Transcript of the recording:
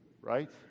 right